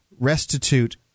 restitute